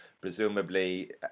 presumably